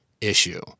issue